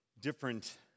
different